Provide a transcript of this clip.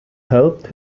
helped